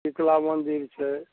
शीतला मंदिर छै